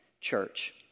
church